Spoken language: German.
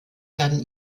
werden